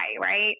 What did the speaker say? right